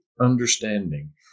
understanding